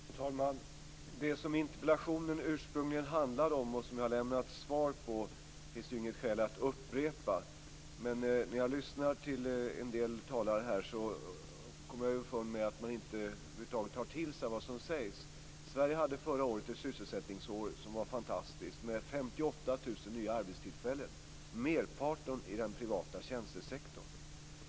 Fru talman! Det som interpellationen ursprungligen handlade om och som jag lämnade ett svar på finns det inget skäl att upprepa. Men när jag lyssnat till en del talare här har jag kommit underfund med att man över huvud taget inte har tagit till sig vad som sägs. Sverige hade förra året ett sysselsättningsår som var fantastiskt med 58 000 nya arbetstillfällen av vilka merparten skapades i den privata tjänstesektorn.